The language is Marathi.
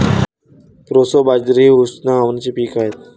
प्रोसो बाजरी हे उष्ण हवामानाचे पीक आहे